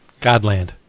Godland